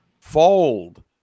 Fold